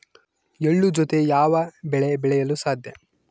ಎಳ್ಳು ಜೂತೆ ಯಾವ ಬೆಳೆ ಬೆಳೆಯಲು ಸಾಧ್ಯ?